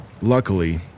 Luckily